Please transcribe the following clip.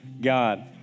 God